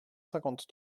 cinquante